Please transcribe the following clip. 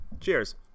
Cheers